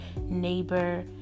neighbor